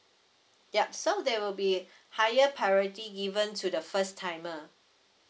yup so there will be higher priority given to the first timer